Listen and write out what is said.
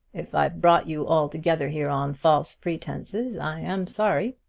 if i've brought you all together here on false pretenses, i am sorry.